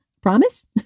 promise